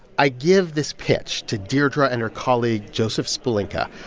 i give this pitch to deirdre and her colleague joseph spelinka.